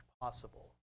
possible